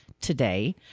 today